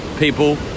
people